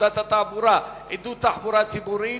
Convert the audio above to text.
פקודת התעבורה (עידוד תחבורה ציבורית),